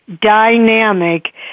dynamic